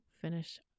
finish